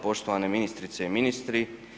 Poštovane ministrice i ministri.